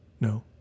No